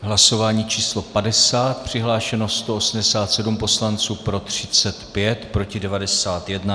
Hlasování číslo 50, přihlášeno 187 poslanců, pro 35, proti 91.